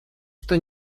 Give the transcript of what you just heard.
что